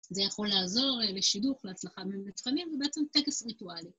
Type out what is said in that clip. זה יכול לעזור לשידוך להצלחה במבחנים, ובעצם טקס ריטואלי.